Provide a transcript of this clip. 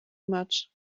much